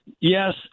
Yes